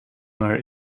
maar